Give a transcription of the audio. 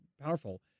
powerful